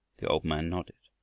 the old man nodded.